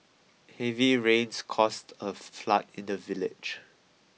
heavy rains caused a flood in the village